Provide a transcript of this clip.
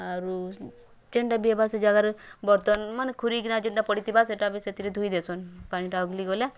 ଆରୁ ଯେନ୍ଟା ବି ହବା ସେ ଜାଗାରେ ବର୍ତ୍ତମାନ୍ ମାନେ ଖୁରିକିନା ଯେନ୍ଟା ପଡ଼ିଥିବା ସେଟା ବି ସେଥିରେ ଧୋଇଦିସନ୍ ପାଣିଟା ଉଗଲିଗଲା